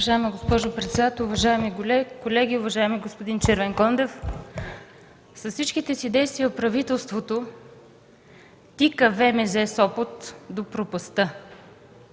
Уважаема госпожо председател, уважаеми колеги! Уважаеми господин Червенкондев, с всичките си действия правителството тика ВМЗ – Сопот до пропастта.